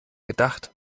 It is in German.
gedacht